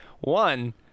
One